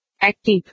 Active